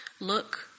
Look